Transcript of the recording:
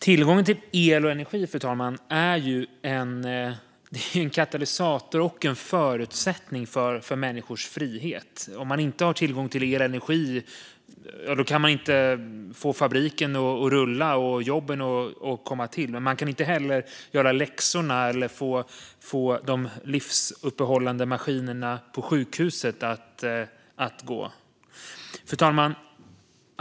Tillgången till el och energi, fru talman, är en katalysator och en förutsättning för människors frihet. Om man inte har tillgång till el och energi kan man inte få fabriken att rulla och jobben att komma till. Man kan inte heller göra läxorna eller få de livsuppehållande maskinerna på sjukhuset att gå. Fru talman!